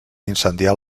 incendiar